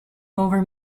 over